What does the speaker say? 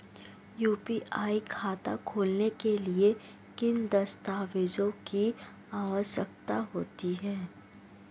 UPI खाता खोलने के लिए किन दस्तावेज़ों की आवश्यकता होती है?